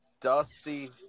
dusty